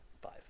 Five